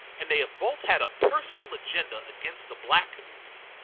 and they have both had a personal agenda against the black community,